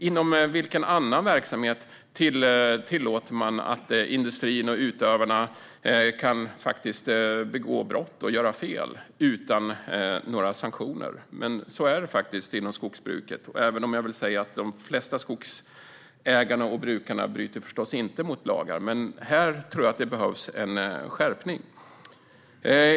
Inom vilken annan verksamhet tillåter man industrin och utövarna att begå brott och göra fel utan några sanktioner? Men så är det faktiskt inom skogsbruket, även om de flesta skogsägare och brukare förstås inte bryter mot lagar. Men här tror jag att det behövs en skärpning.